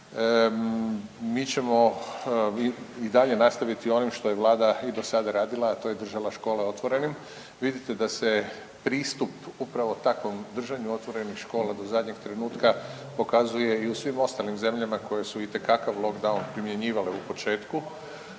Mi ćemo i dalje nastaviti sa onim što je Vlada i do sada radila, a to je držala škole otvorenim. Vidite da se pristup upravo takvom držanju otvorenih škola do zadnjeg trenutka pokazuje i u svim ostalim zemljama koje su itekakav lockdown primjenjivale u početku